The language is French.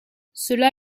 cela